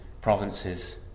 provinces